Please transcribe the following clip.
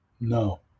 No